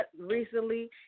recently